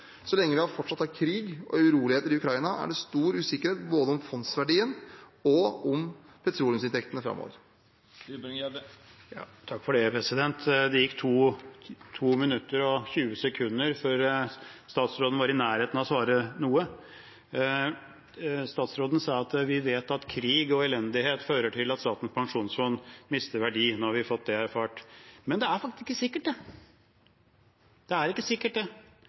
Så lenge vi fortsatt har krig og uroligheter i Ukraina, er det er stor usikkerhet både om fondsverdien og om petroleumsinntektene framover. Det gikk 2 minutter og 20 sekunder før statsråden var i nærheten av å svare noe. Statsråden sa at vi vet at krig og elendighet fører til at Statens pensjonsfond mister verdi og nå har vi fått det erfart – men det er faktisk ikke sikkert, det er ikke sikkert. For investeringene for Statens pensjonsfond: Ja, for Russland har det